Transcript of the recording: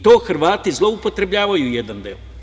To Hrvati zloupotrebljavaju u jednom delu.